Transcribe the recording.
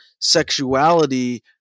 sexuality